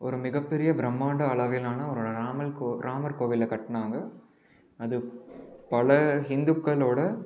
ஒரு மிகப்பெரிய பிரமாண்ட அளவிலான ஒரு ராமர் ராமர் கோவிலை கட்டினாங்க அது பல ஹிந்துக்களோட